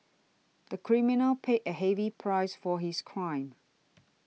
the criminal paid a heavy price for his crime